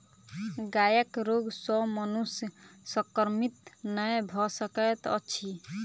गायक रोग सॅ मनुष्य संक्रमित नै भ सकैत अछि